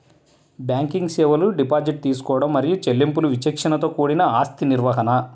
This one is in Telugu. బ్యాంకింగ్ సేవలు డిపాజిట్ తీసుకోవడం మరియు చెల్లింపులు విచక్షణతో కూడిన ఆస్తి నిర్వహణ,